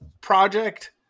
project